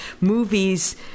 movies